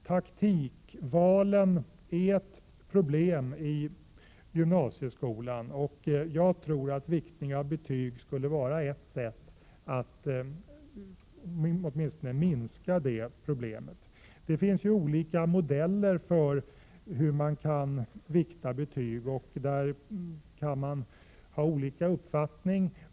Taktikvalen är ett problem i gymnasieskolan. Jag tror att viktning av betyg skulle vara ett sätt att åtminstone minska detta problem. Det finns olika modeller för hur man kan vikta betyg. Där kan man ha olika uppfattning.